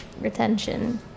retention